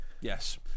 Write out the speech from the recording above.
yes